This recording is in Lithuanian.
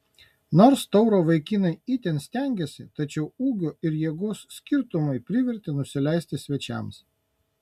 nors tauro vaikinai itin stengėsi tačiau ūgio ir jėgos skirtumai privertė nusileisti svečiams